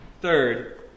third